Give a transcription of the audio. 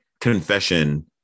confession